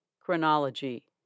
Chronology